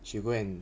she go and